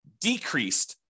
decreased